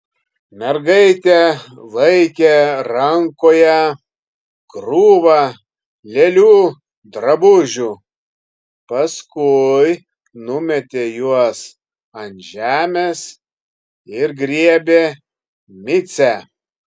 mergaitė laikė rankoje krūvą lėlių drabužių paskui numetė juos ant žemės ir griebė micę